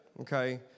okay